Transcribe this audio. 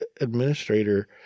Administrator